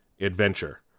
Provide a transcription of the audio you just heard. adventure